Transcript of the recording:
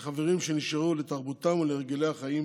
לחברים שנשארו, לתרבותם ולהרגלי החיים